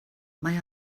mae